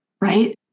right